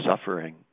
suffering